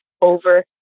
over